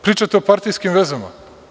Pričate o partijskim vezama.